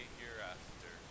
hereafter